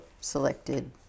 selected